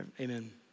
amen